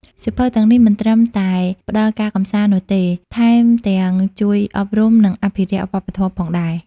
សៀវភៅទាំងនេះមិនត្រឹមតែផ្ដល់ការកម្សាន្តនោះទេ តែថែមទាំងជួយអប់រំ និងអភិរក្សវប្បធម៌ផងដែរ។